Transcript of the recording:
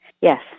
Yes